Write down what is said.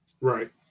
Right